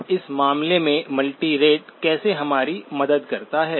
अब इस मामले में मल्टीरेट कैसे हमारी मदद करता है